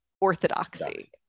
Orthodoxy